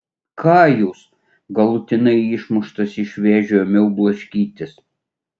ką jūs galutinai išmuštas iš vėžių ėmiau blaškytis